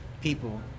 people